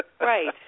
Right